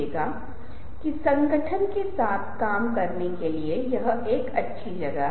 एक विस्तृत विश्लेषण ने सुझाव दिया कि अगर आंखें भरोसेमंद लगे तो इस लोगों पर विश्वास करने के लिए झुकी हुई दिखती हैं